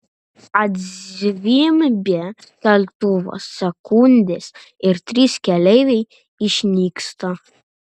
atzvimbia keltuvas sekundės ir trys keleiviai išnyksta